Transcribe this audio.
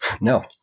No